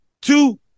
two